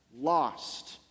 lost